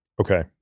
Okay